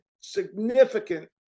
significant